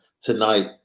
tonight